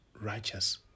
righteous